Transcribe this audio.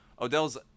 Odell's